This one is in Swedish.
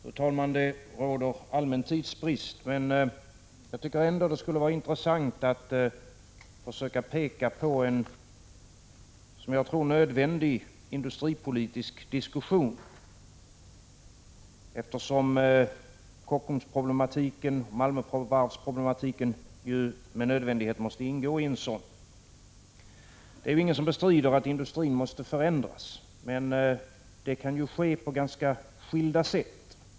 Fru talman! Det råder allmän tidsbrist, men jag tycker ändå att det skulle vara intressant att försöka peka på en som jag tror nödvändig industripolitisk diskussion, eftersom Malmövarvsproblematiken med nödvändighet måste ingå i en sådan. Det är ingen som bestrider att industrin måste förändras, men det kan ske på ganska skilda sätt.